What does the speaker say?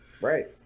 Right